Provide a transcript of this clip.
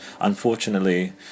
unfortunately